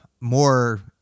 more